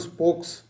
Spokes